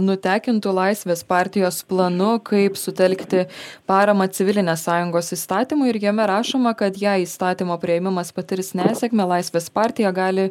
nutekintu laisvės partijos planu kaip sutelkti paramą civilinės sąjungos įstatymui ir jame rašoma kad jei įstatymo priėmimas patirs nesėkmę laisvės partija gali